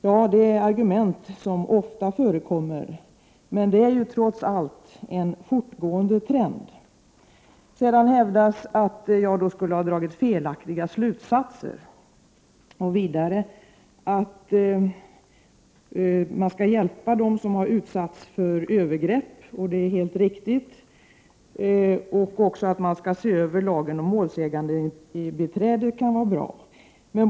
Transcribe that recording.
Det är argument som ofta förekommer. Det är trots allt en fortlöpande trend. Det hävdas vidare att jag skulle ha dragit felaktiga slutsatser. Justitieministern säger också att man skall hjälpa dem som har utsatts för övergrepp, och det är helt riktigt. Det är också bra att man skall se över lagen om målsägandebiträde.